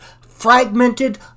fragmented